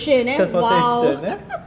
transportation eh